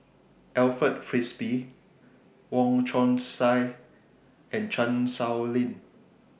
Alfred Frisby Wong Chong Sai and Chan Sow Lin